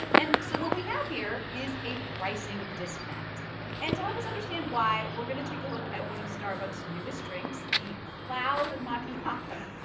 and so what we have here is a pricing disconnect and to help us understand why, we're going to take a look at one of starbucks' newest drinks, the cloud macchiato